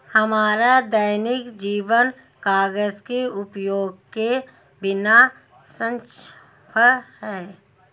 हमारा दैनिक जीवन कागज के उपयोग के बिना असंभव है